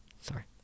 Sorry